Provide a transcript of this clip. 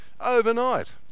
overnight